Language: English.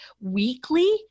weekly